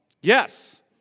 Yes